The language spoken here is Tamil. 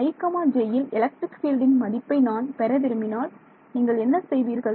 i jயில் எலக்ட்ரிக் பீல்டின் மதிப்பை நான் பெற விரும்பினால் நீங்கள் என்ன செய்வீர்கள்